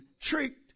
tricked